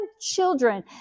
children